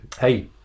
Hey